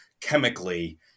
chemically